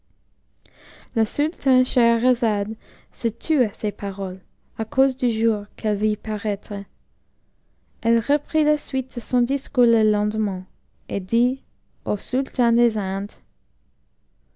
l'esclave confidente scheherazade cessa de parler en cet endroit à cause du jour qu'elle vit paraître elle reprit la suite de son discours la nuit suivante et dit au sultan des indes